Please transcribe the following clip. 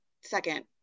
second